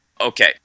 Okay